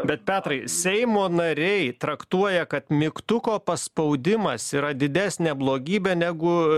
bet petrai seimo nariai traktuoja kad mygtuko paspaudimas yra didesnė blogybė negu